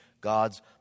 God's